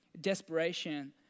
desperation